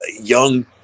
young